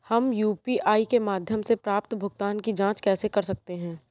हम यू.पी.आई के माध्यम से प्राप्त भुगतान की जॉंच कैसे कर सकते हैं?